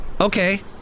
Okay